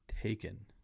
taken